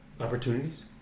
opportunities